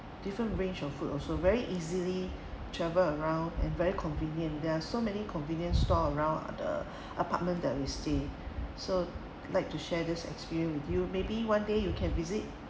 different range of food also very easily travel around and very convenient there are so many convenience store around the apartment that we stay so like to share this experience with you maybe one day you can visit